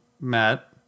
Matt